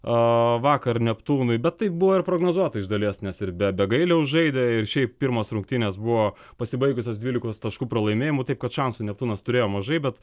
vakar neptūnui bet taip buvo ir prognozuota iš dalies nes ir be be gailiaus žaidė ir šiaip pirmos rungtynės buvo pasibaigusios dvylikos taškų pralaimėjimu taip kad šansų neptūnas turėjo mažai bet